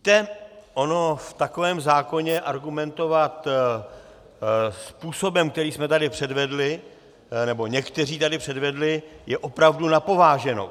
Víte, ono v takovém zákoně argumentovat způsobem, který jsme tady předvedli, nebo někteří tady předvedli, je opravdu na pováženou.